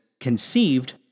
conceived